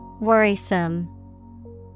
Worrisome